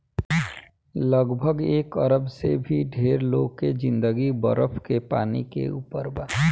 लगभग एक अरब से भी ढेर लोग के जिंदगी बरफ के पानी के ऊपर बा